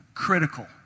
Critical